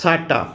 साटा